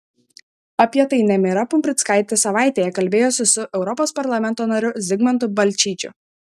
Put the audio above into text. apie tai nemira pumprickaitė savaitėje kalbėjosi su europos parlamento nariu zigmantu balčyčiu